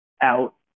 out